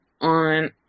on